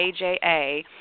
AJA